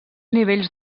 nivells